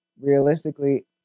Realistically